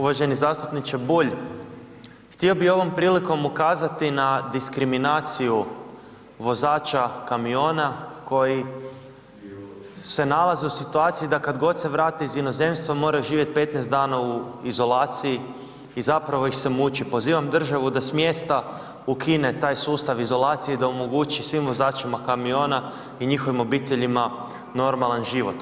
Uvaženi zastupniče Bulj, htio bi ovom prilikom ukazati na diskriminaciju vozača kamiona koji se nalaze u situaciji da kad god se vrate iz inozemstva moraju živjet 15 dana u izolaciji i zapravo ih se muči, pozivam državu da smjesta ukine taj sustav izolacije, da omogući svim vozačima kamiona i njihovim obiteljima normalan život.